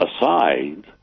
aside